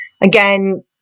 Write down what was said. again